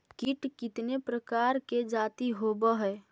कीट कीतने प्रकार के जाती होबहय?